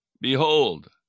Behold